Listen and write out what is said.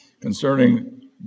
concerning